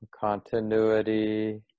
continuity